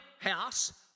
house